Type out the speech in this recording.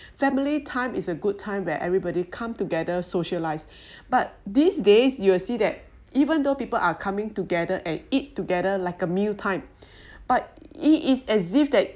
family time is a good time where everybody comes together socialise but these days you will see that even though people are coming together and eat together like a mealtime but it is as if that